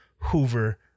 Hoover